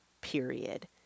period